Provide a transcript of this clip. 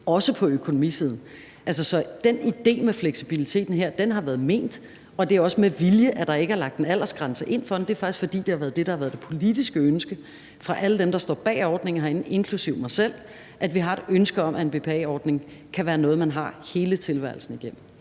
leve et aktivt liv. Den idé om fleksibilitet her har været velment, og det er også med vilje, at der ikke er lagt en aldersgrænse ind. Det er faktisk, fordi det er det, der har været det politiske ønske fra alle dem, der står bag ordningen herinde, inklusive mig selv. Vi har et ønske om, at en BPA-ordning kan være noget, man har hele tilværelsen igennem.